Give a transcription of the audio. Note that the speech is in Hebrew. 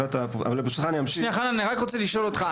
חנן, אני רק רוצה לשאול אותך.